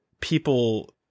people